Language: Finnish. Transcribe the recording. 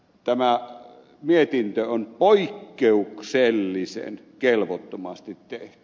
tämä mietintö on poikkeuksellisen kelvottomasti tehty